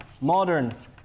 modern